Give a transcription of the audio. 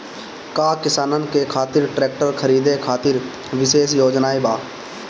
का किसानन के खातिर ट्रैक्टर खरीदे खातिर विशेष योजनाएं बा?